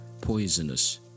poisonous